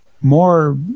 more